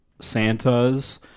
Santa's